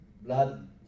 blood